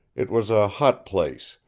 it was a hot place,